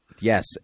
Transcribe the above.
Yes